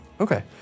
Okay